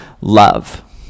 love